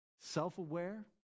self-aware